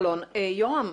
יורם,